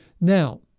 Now